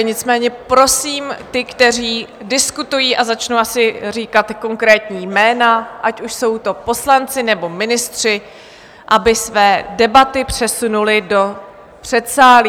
Nicméně prosím ty, kteří diskutují a začnu asi říkat konkrétní jména, ať už jsou to poslanci, nebo ministři aby své debaty přesunuli do předsálí.